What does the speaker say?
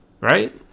right